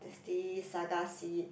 is this saga seed